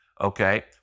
Okay